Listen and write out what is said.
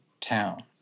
town